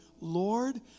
Lord